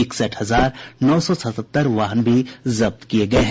इकसठ हजार नौ सौ सतहत्तर वाहन भी जब्त किये गये हैं